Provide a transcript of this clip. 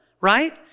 right